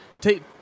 take